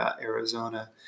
Arizona